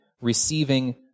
receiving